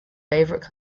favorite